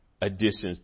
additions